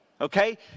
okay